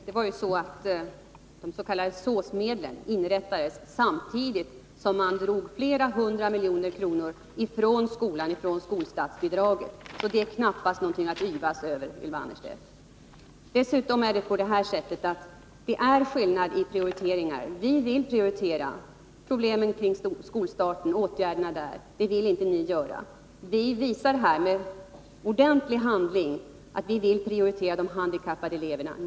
Herr talman! De s.k. SÅS-medlen inrättades samtidigt som man tog bort flera hundra miljoner kronor från statsbidragen till skolan. Och det är knappast någonting att yvas över, Ylva Annerstedt. Dessutom är det skillnad mellan våra prioriteringar. Vi vill prioritera åtgärder i samband med problem kring skolstarten. Det vill ni inte göra. Vi visar här med ordentlig handling att vi vill prioritera de handikappade eleverna.